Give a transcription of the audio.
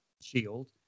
Shield